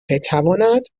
بتواند